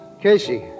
Casey